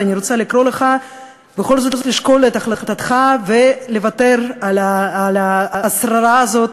ואני רוצה לקרוא לך בכל זאת לשקול את החלטתך ולוותר על השררה הזאת,